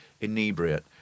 inebriate